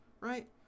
right